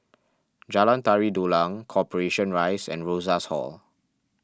Jalan Tari Dulang Corporation Rise and Rosas Hall